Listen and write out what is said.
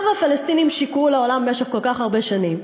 שהפלסטינים שיקרו לעולם במשך כל כך הרבה שנים,